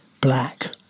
black